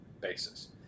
basis